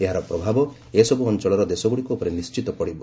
ଏହାର ପ୍ରଭାବ ଏସବୁ ଅଞ୍ଚଳର ଦେଶଗୁଡ଼ିକ ଉପରେ ନିଶ୍ଚିତ ପଡ଼ିବ